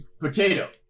Potato